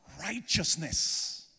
righteousness